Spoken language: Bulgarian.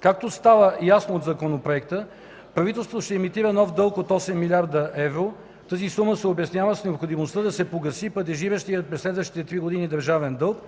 Както става ясно от Законопроекта, правителството ще емитира нов дълг от 8 млрд. евро. Тази сума се обяснява с необходимостта да се погаси падежиращият през следващите три години държавен дълг,